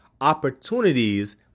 opportunities